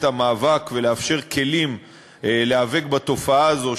המאבק ולאפשר כלים להיאבק בתופעה הזאת,